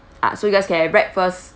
ah so you guys can have breakfast